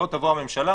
לא תבוא הממשלה,